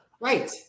Right